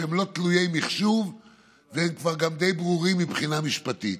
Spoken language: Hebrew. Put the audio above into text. שהם לא תלויי מחשוב והם כבר גם די ברורים מבחינה משפטית.